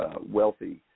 wealthy